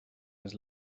his